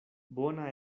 bona